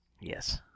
Yes